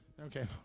Okay